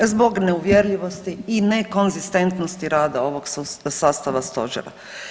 Zbog neuvjerljivosti i nekonzistentnosti rada ovog sastava Stožera.